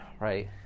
right